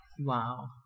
wow